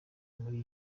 muri